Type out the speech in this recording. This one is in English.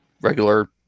regular